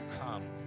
come